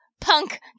Punk